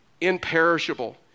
imperishable